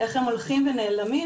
איך הם הולכים ונעלמים,